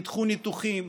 נדחו ניתוחים,